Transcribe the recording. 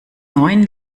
neun